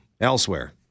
elsewhere